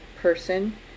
person